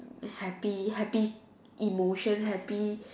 happy happy emotions happy